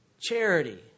charity